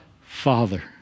father